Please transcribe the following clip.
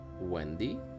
Wendy